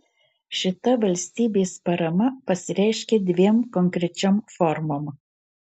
šita valstybės parama pasireiškia dviem konkrečiom formom